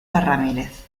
ramírez